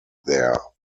there